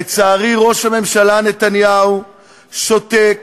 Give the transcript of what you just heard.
לצערי, ראש הממשלה נתניהו שותק